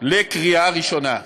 לקריאה ראשונה.